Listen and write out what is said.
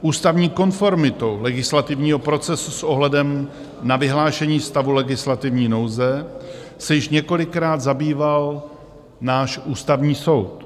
Ústavní konformitou legislativního procesu s ohledem na vyhlášení stavu legislativní nouze se již několikrát zabýval náš Ústavní soud.